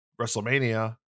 WrestleMania